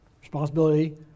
responsibility